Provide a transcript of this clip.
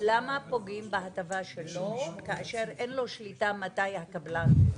למה פוגעים בהטבה שלו כאשר אין לו שליטה מתי הקבלן יבנה?